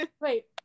Wait